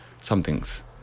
something's